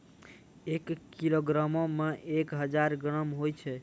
एक किलोग्रामो मे एक हजार ग्राम होय छै